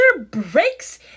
breaks